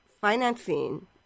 financing